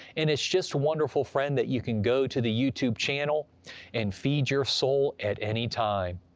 and it's just wonderful, friend, that you can go to the youtube channel and feed your soul at any time.